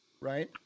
right